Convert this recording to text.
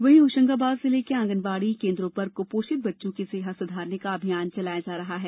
वहीं होशंगाबाद जिले के आंगनवाड़ी केन्द्रों पर कुपोषित बच्चों की सेहत सुधारने का अभियान चलाया जा रहा है